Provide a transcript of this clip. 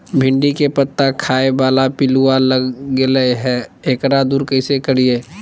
भिंडी के पत्ता खाए बाला पिलुवा लग गेलै हैं, एकरा दूर कैसे करियय?